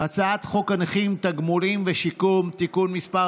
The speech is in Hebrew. הצעת חוק הנכים (תגמולים ושיקום) (תיקון מס'